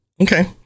Okay